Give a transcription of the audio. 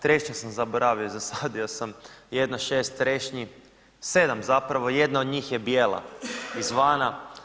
Treće sam zaboravio, zasadio sam jedno 6 trešnji, 7 zapravo, jedna od njih je bijela izvana.